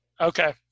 Okay